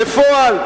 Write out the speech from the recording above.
בפועל,